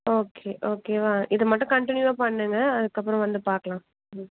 okay ஓகேவா இது மட்டும் கன்ட்டினியூவாக பண்ணுங்கள் அதுக்கப்புறம் வந்து பார்க்கலாம் ம்